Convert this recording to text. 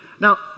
Now